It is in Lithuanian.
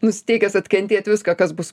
nusiteikęs atkentėt viską kas bus